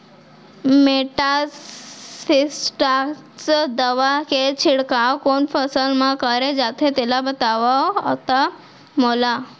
Metasystox दवा के छिड़काव कोन फसल म करे जाथे तेला बताओ त मोला?